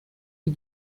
die